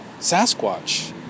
Sasquatch